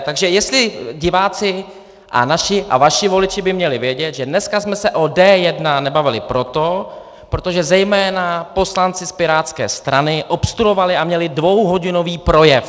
Takže diváci a naši a vaši voliči by měli vědět, že dneska jsme se o D1 nebavili proto, protože zejména poslanci z pirátské strany obstruovali a měli dvouhodinový projev.